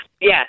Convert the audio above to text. Yes